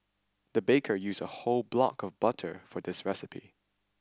the baker used a whole block of butter for this recipe